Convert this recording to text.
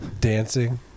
dancing